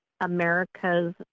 America's